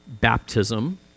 baptism